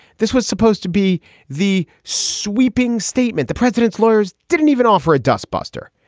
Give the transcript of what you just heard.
this was supposed to be the sweeping statement. the president's lawyers didn't even offer a dustbuster.